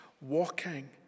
walking